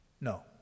No